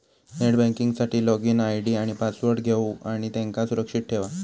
net banking साठी login ID आणि password घेवा आणि त्यांका सुरक्षित ठेवा